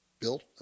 built